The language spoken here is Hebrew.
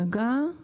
היא